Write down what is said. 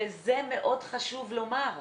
וזה מאוד חשוב לומר.